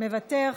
מוותר,